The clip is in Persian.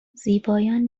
زیبایان